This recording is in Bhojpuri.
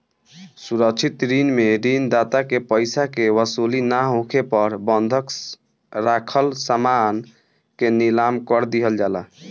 सुरक्षित ऋण में ऋण दाता के पइसा के वसूली ना होखे पर बंधक राखल समान के नीलाम कर दिहल जाला